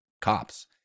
cops